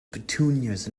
petunias